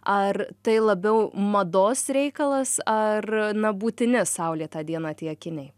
ar tai labiau mados reikalas ar na būtini saulėtą dieną tie akiniai